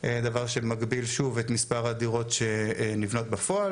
דבר שמגביל שוב את מספר הדירות שנבנות בפועל,